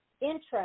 interest